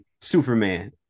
superman